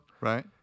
Right